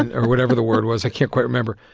and or whatever the word was, i can't quite remember.